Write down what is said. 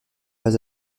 pas